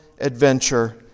adventure